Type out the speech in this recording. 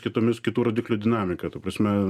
kitomis kitų rodiklių dinamika ta prasme